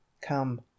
come